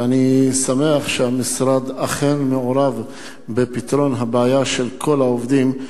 ואני שמח שהמשרד אכן מעורב בפתרון הבעיה של כל העובדים.